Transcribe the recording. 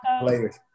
players